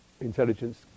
intelligence